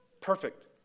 perfect